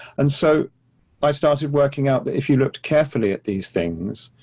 and so i started working out that if you looked carefully at these things,